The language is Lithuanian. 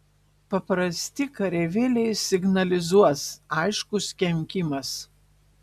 paprasti kareivėliai signalizuos aiškus kenkimas